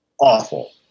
Awful